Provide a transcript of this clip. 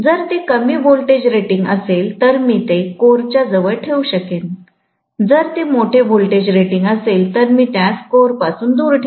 जर ते कमी व्होल्टेज रेटिंग असेल तर मी ते कोरच्या जवळ ठेवू शकेन जर ते मोठे व्होल्टेज रेटिंग असेल तर मी त्यास कोर पासून दूर ठेवते